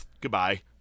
goodbye